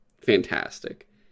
fantastic